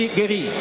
guéri